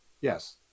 Yes